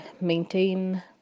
maintain